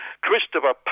Christopher